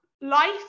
Life